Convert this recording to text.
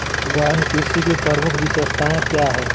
गहन कृषि की प्रमुख विशेषताएं क्या है?